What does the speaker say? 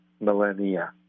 millennia